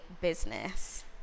business